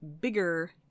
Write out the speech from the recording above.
bigger